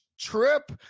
trip